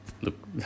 look